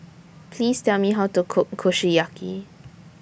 Please Tell Me How to Cook Kushiyaki